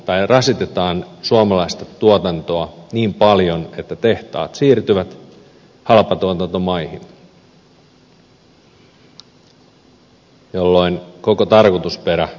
rasitetaan suomalaista tuotantoa niin paljon että tehtaat siirtyvät halpatuotantomaihin jolloin koko tarkoitusperä hämärtyy